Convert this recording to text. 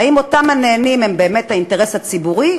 האם אותם נהנים הם באמת האינטרס הציבורי,